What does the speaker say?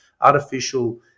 artificial